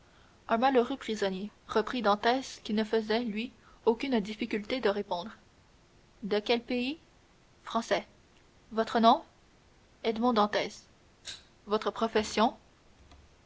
un malheureux prisonnier reprit dantès qui ne faisait lui aucune difficulté de répondre de quel pays français votre nom edmond dantès votre profession